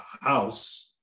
house